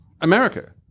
America